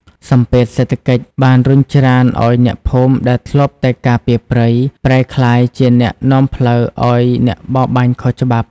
សម្ពាធសេដ្ឋកិច្ចបានរុញច្រានឱ្យអ្នកភូមិដែលធ្លាប់តែការពារព្រៃ ប្រែក្លាយជាអ្នកនាំផ្លូវឱ្យអ្នកបរបាញ់ខុសច្បាប់។